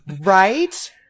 Right